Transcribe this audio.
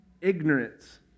Ignorance